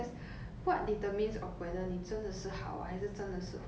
when you close that temporal distance when you're put in that situation